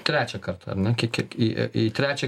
trečią kartą ar ne kie kiek į į trečią